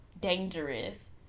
dangerous